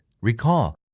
Recall